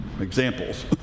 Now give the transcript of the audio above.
examples